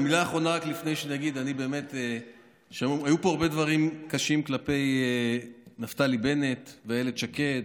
מילה אחרונה: היו פה הרבה דברים קשים כלפי נפתלי בנט ואילת שקד